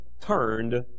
turned